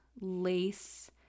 lace